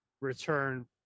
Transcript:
return